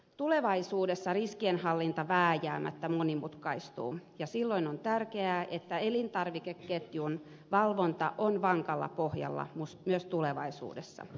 tulevaisuudessa riskienhallinta vääjäämättä monimutkaistuu ja silloin on tärkeää että elintarvikeketjun valvonta on vankalla pohjalla myös tulevaisuudessa